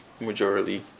majority